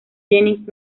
jennings